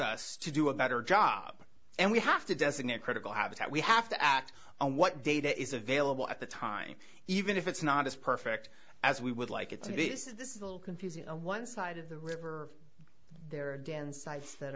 us to do a better job and we have to designate critical habitat we have to act on what data is available at the time even if it's not as perfect as we would like it to be this is a little confusing one side of the river there